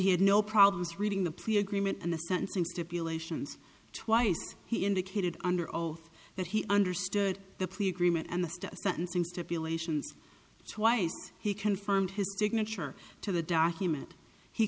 he had no problems reading the plea agreement and the sentencing stipulations twice he indicated under oath that he understood the plea agreement and the sentencing stipulations twice he confirmed his signature to the document he